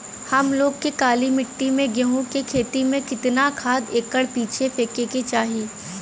हम लोग के काली मिट्टी में गेहूँ के खेती में कितना खाद एकड़ पीछे फेके के चाही?